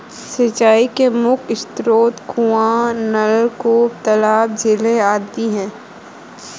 सिंचाई के मुख्य स्रोत कुएँ, नलकूप, तालाब, झीलें, नदियाँ हैं